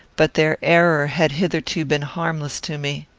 but their error had hitherto been harmless to me.